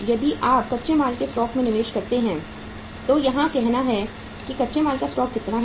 यदि आप कच्चे माल के स्टॉक में निवेश करते हैं तो आपका कहना है कि कच्चे माल का स्टॉक कितना है